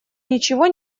ничего